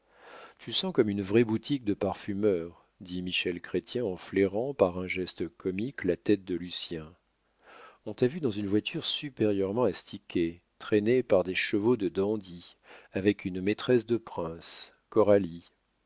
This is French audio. tu sens comme une vraie boutique de parfumeur dit michel chrestien en flairant par un geste comique la tête de lucien on t'a vu dans une voiture supérieurement astiquée traînée par des chevaux de dandy avec une maîtresse de prince coralie